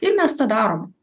ir mes tą darom